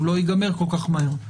הוא לא ייגמר כל כך מהר,